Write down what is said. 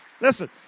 Listen